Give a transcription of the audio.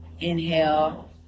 Inhale